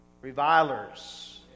revilers